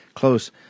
Close